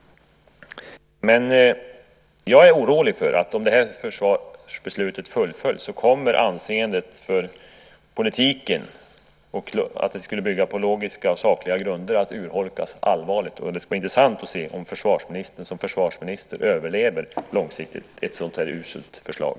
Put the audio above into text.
Jag är orolig för att om det här beslutet fullföljs kommer anseendet för politiken - att politiken ska bygga på logiska och sakliga grunder - att urholkas allvarligt. Det ska bli intressant att se om försvarsministern som försvarsminister överlever ett så här uselt förslag.